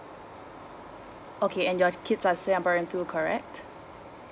okay and your kids are singaporean too correct